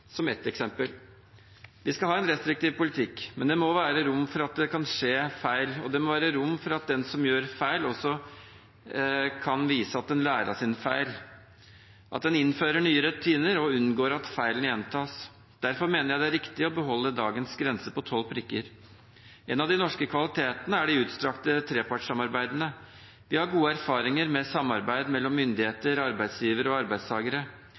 som ett eksempel. Vi skal ha en restriktiv politikk, men det må være rom for at det kan skje feil, og det må være rom for at den som gjør feil, også kan vise at en lærer av sine feil, at en innfører nye rutiner og unngår at feilen gjentas. Derfor mener jeg det er riktig å beholde dagens grense på tolv prikker. En av de norske kvalitetene er de utstrakte trepartssamarbeidene. Vi har gode erfaringer med samarbeid mellom myndigheter, arbeidsgivere og arbeidstakere.